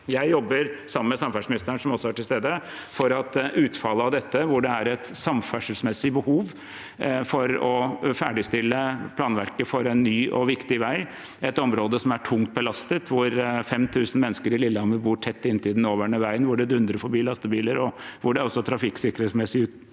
Jeg jobber sammen med samferdselsministeren, som også er til stede, for at utfallet av dette, hvor det er et samferdselsmessig behov for å ferdigstille planverket for en ny og viktig vei i et område som er tungt belastet, hvor 5 000 mennesker i Lillehammer bor tett inntil den nåværende veien hvor lastebiler dundrer forbi, og hvor det også er trafikksikkerhetsmessige